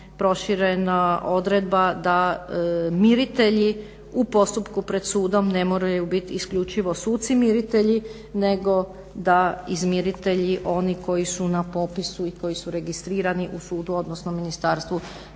proširena odredba da miritelji u postupku pred sudom ne moraju biti isključivo suci miritelji nego da izmiritelji oni koji su na popisu i koji su registrirani u sudu, odnosno ministarstvu